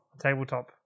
tabletop